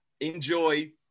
enjoy